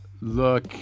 look